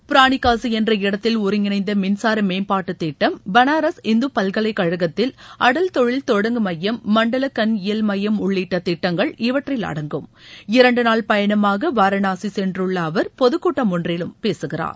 புராணிகாசி என்ற இடத்தில் ஒருங்கினைந்த மின்சார மேமபாட்டு திட்டம் பனாரஸ் இந்து பல்கலைக்கழகத்தில் அடல் தொழில் தொடங்கு மையம் மண்டல கன் இயல் மையம் உள்ளிட்ட திட்டங்கள் இவற்றில் அடங்கும் இரண்டு நாள் பயணமாக வாரணாசி சென்றுள்ள அவர் பொதுக்கூட்டம் ஒன்றிலும் பேசுகிறார்